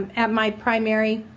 um at my primary